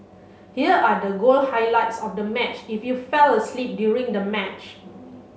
here are the goal highlights of the match if you fell asleep during the match